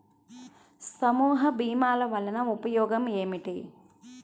సమూహ భీమాల వలన ఉపయోగం ఏమిటీ?